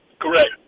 Correct